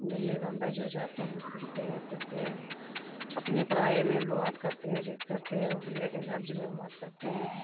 دلی بمبئی جو جاتے ہیں گھومتے ہیں پھرتے ہیں اپنے پرائے میں بات کرتے ہیں چیت کرتے ہیں اردوے کے لفظ میں بات کرتے ہیں